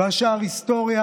והשאר היסטוריה.